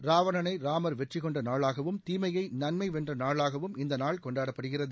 ராவணனை ராமர் வெற்றி கொண்ட நாளாகவும் தீமையை நன்மை வென்ற நாளாகவும் இந்த நாள் கொண்டாடப்படுகிறது